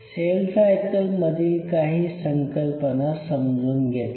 sale cycle मधील काही संकल्पना समजून घेतल्या